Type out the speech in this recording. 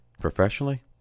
Professionally